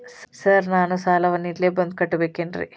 Sir ನಾನು ಸಾಲವನ್ನು ಇಲ್ಲೇ ಬಂದು ಕಟ್ಟಬೇಕೇನ್ರಿ?